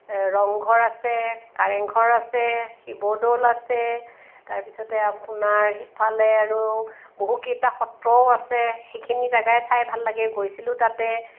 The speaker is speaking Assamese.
ৰংঘৰ আছে কাৰেংঘৰ আছে শিৱদৌল আছে তাৰপিছতে আপোনাৰ সিফালে আৰু বহুকেইটা সত্ৰও আছে সেইখিনি জাগা চাই ভাল লাগে গৈছিলোঁ তাতে